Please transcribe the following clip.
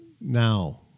now